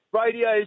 Radio